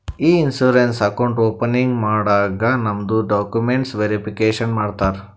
E insurance account opening ಮಾಡಾಗ್ ನಮ್ದು documents verification ಮಾಡ್ತಾರ